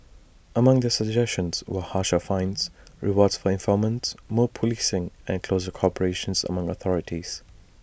among their suggestions are harsher fines rewards for informants more policing and closer cooperations among the authorities